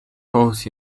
holes